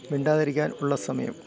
മിണ്ടാതിരിക്കാനുള്ള സമയം